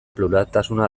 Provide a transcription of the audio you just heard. pluraltasuna